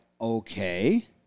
Okay